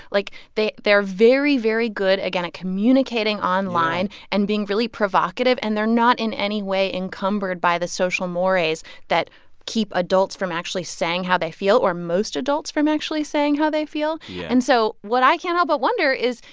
like, they're very, very good, again, at communicating online. yeah. and being really provocative. and they're not in any way encumbered by the social mores that keep adults from actually saying how they feel or most adults from actually saying how they feel yeah and so what i can't help but wonder is,